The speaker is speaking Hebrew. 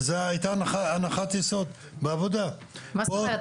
וזו הייתה הנחת יסוד בעבודה --- מה זאת אומרת?